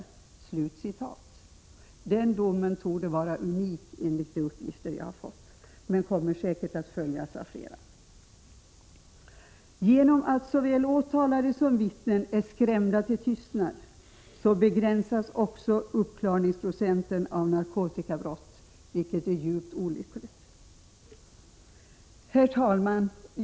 — Den domen torde vara unik enligt de uppgifter jag har fått, men den kommer säkert att följas av flera. Genom att såväl åtalade som vittnen är skrämda till tystnad begränsas också uppklaringsprocenten av narkotikabrott, vilket är djupt olyckligt. Herr talman!